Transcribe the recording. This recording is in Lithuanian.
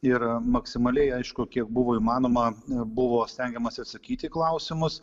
ir maksimaliai aišku kiek buvo įmanoma buvo stengiamasi atsakyti į klausimus